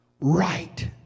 right